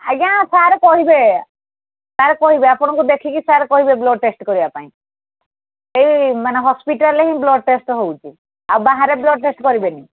ଆଜ୍ଞା ସାରେ କହିବେ ସାର୍ କହିବେ ଆପଣଙ୍କୁ ଦେଖିକି ସାର୍ କହିବେ ବ୍ଲଡ୍ ଟେଷ୍ଟ୍ କରିବା ପାଇଁ ଏଇ ମାନେ ହସ୍ପିଟାଲ୍ରେ ବ୍ଲଡ୍ ଟେଷ୍ଟ୍ ହେଉଛି ଆଉ ବାହାରେ ବ୍ଲଡ୍ ଟେଷ୍ଟ୍ କରିବେନି